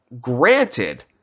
granted